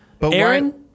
Aaron